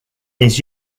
his